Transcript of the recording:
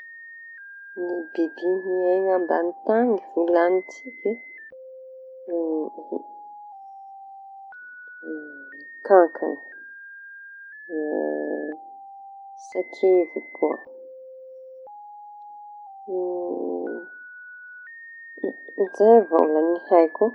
Ny biby miaiña ambany tañy volañintsika e: kankana, sakivy koa. Zay avao lay ny haiko.